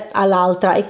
all'altra